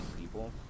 people